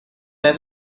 net